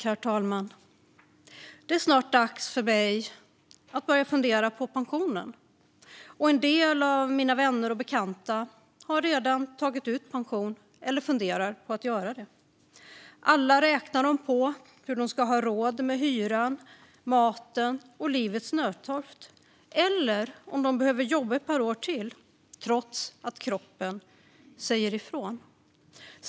Herr talman! Det är snart dags för mig att börja fundera på pensionen. Och en del av mina vänner och bekanta har redan tagit ut pension eller funderar på att göra det. Alla räknar på om de ska ha råd med hyran, maten och livets nödtorft eller om de behöver jobba ett par år till trots att kroppen säger ifrån.